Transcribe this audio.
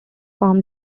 forms